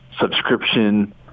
subscription